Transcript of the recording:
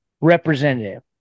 representative